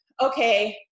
okay